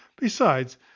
Besides